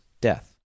death